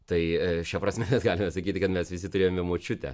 tai šia prasme galime sakyti kad mes visi turėjome močiutę